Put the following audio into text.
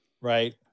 Right